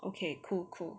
okay cool cool